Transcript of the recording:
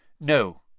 No